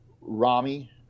Rami